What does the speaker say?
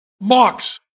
Mox